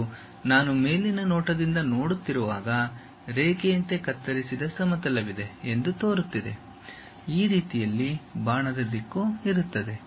ಮತ್ತು ನಾನು ಮೇಲಿನ ನೋಟದಿಂದ ನೋಡುತ್ತಿರುವಾಗ ರೇಖೆಯಂತೆ ಕತ್ತರಿಸಿದ ಸಮತಲವಿದೆ ಎಂದು ತೋರುತ್ತಿದೆ ಈ ರೀತಿಯಲ್ಲಿ ಬಾಣದ ದಿಕ್ಕು ಇರುತ್ತದೆ